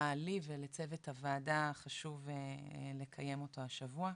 לי ולצוות הוועדה חשוב לקיים אותו השבוע.